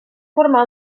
formar